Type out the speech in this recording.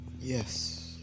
Yes